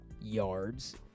yards